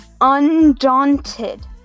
undaunted